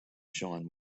shine